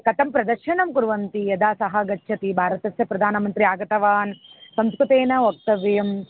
कथं प्रदर्शनं कुर्वन्ति यदा सः गच्छति भारतस्य प्रधानमन्त्री आगतवान् संस्कृतेन वक्तव्यम्